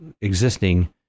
existing